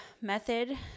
method